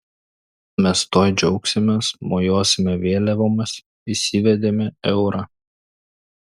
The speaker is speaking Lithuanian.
mes tuoj džiaugsimės mojuosime vėliavomis įsivedėme eurą